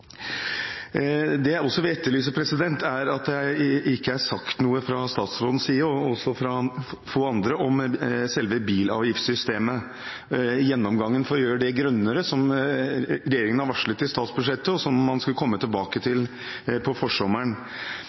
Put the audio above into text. Det jeg også vil etterlyse – det er ikke sagt noe fra statsrådens side, og fra få andre – er selve bilavgiftssystemet og gjennomgangen for å gjøre det grønnere, noe som regjeringen har varslet i statsbudsjettet, og som man skulle komme tilbake til på forsommeren.